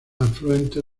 afluente